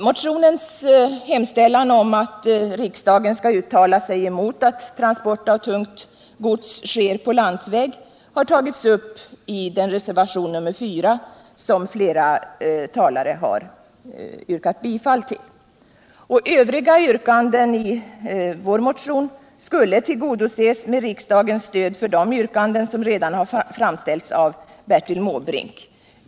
Motionens hemställan om att riksdagen skall uttala sig emot att transport av tungt gods sker på landsväg har tagits upp i reservationen 4. Övriga yrkanden skulle tillgodoses med riksdagens stöd för de yrkanden som redan framställts av Bertil Måbrink.